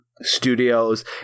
studios